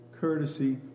courtesy